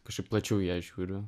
kažką plačiau į ją žiūriu